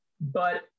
but-